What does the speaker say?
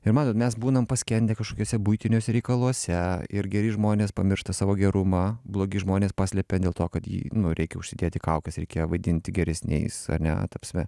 ir matot mes būnam paskendę kažkokiuose buitiniuose reikaluose ir geri žmonės pamiršta savo gerumą blogi žmonės paslepia dėl to kad jį nu reikia užsidėti kaukes reikia vadinti geresniais ar ne ta prasme